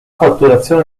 fatturazione